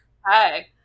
Hi